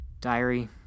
Diary